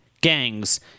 gangs